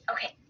Okay